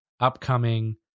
upcoming